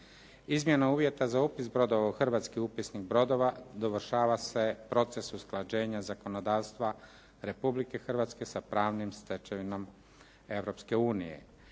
Izmjena uvjeta za upis brodova u Hrvatski upisnik brodova dovršava se proces usklađenja zakonodavstva Republike Hrvatske sa pravnom stečevinom